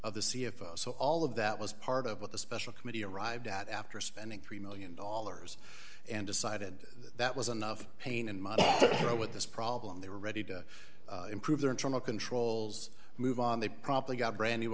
of the c f o so all of that was part of what the special committee arrived at after spending three million dollars and decided that was enough pain and go with this problem they were ready to improve their internal controls move on they promptly got brand new